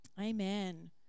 Amen